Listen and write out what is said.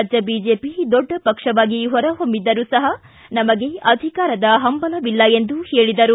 ರಾಜ್ಯ ಬಿಜೆಪಿ ದೊಡ್ಡ ಪಕ್ಷವಾಗಿ ಹೊರಹೊಮ್ದಿದ್ದರೂ ಸಹ ನಮಗೆ ಅಧಿಕಾರದ ಹಂಬಲವಿಲ್ಲ ಎಂದು ಹೇಳಿದರು